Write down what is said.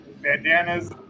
bandanas